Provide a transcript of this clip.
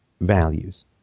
values